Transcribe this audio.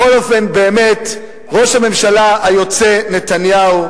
בכל אופן, באמת, ראש הממשלה היוצא, נתניהו,